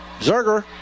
Zerger